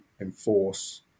enforce